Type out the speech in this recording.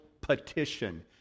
petition